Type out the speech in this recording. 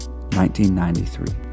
1993